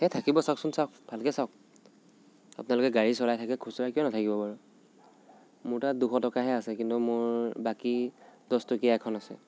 এ থাকিব চাওকচোন চাওক ভালকে চাওক আপোনালোকে গাড়ী চলাই থাকে খুচুৰা কিয় নাথাকিব বাৰু মোৰ তাত দুশ টকাহে আছে কিন্তু মোৰ বাকী দহ টকীয়া এখন আছে